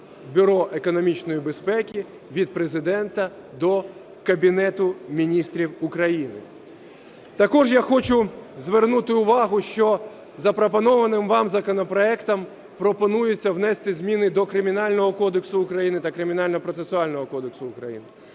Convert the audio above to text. Бюро економічної безпеки від Президента до Кабінету Міністрів України. Також я хочу звернути увагу, що запропонованим вам законопроектом пропонується внести зміни до Кримінального кодексу України та Кримінально-процесуального кодексу України.